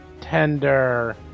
Tender